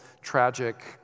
tragic